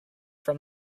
from